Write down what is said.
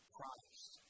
Christ